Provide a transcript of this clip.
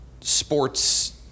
sports